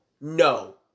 No